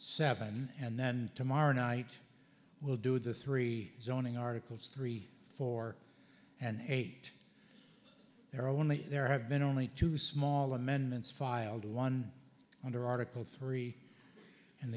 seven and then tomorrow night we'll do the three zoning articles three four and eight there are only there have been only two small amendments filed one under article three and